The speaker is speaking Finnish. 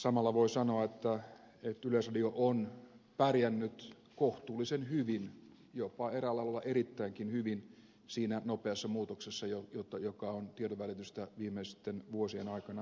samalla voi sanoa että yleisradio on pärjännyt kohtuullisen hyvin jopa eräällä lailla erittäinkin hyvin siinä nopeassa muutoksessa joka on tiedonvälitystä viimeisten vuosien aikana kohdannut